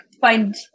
find